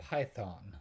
Python